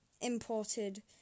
imported